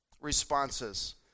responses